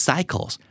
Cycles